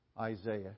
Isaiah